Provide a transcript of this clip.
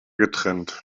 getrennt